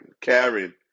Karen